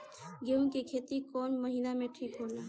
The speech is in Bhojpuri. गेहूं के खेती कौन महीना में ठीक होला?